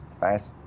fast